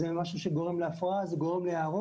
זה גורם להפרעה.